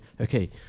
okay